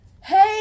hey